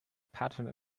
patent